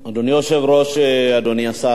אדוני היושב-ראש, אדוני השר,